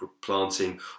planting